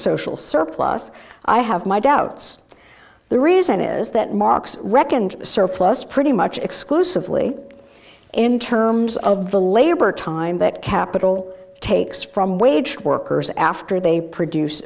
social surplus i have my doubts the reason is that marx reckoned a surplus pretty much exclusively in terms of the labor time that capital takes from wage workers after they produce